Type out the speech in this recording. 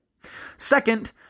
Second